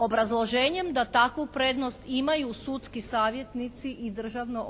obrazloženjem da takvu prednost imaju sudski savjetnici i državni